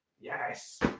Yes